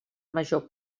major